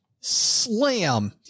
slam